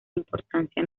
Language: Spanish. importancia